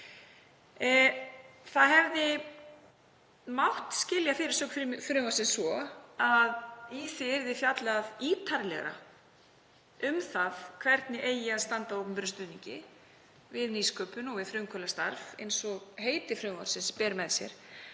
Það hefði mátt skilja fyrirsögn frumvarpsins svo að í því yrði fjallað ítarlega um hvernig standa ætti að opinberum stuðningi við nýsköpun og við frumkvöðlastarf, eins og heiti frumvarpsins ber með sér.